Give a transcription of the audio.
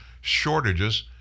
shortages